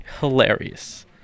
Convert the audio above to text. hilarious